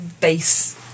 base